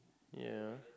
ya